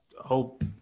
hope